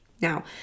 Now